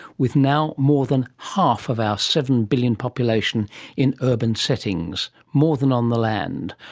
with now more than half of our seven billion population in urban settings. more than on the land.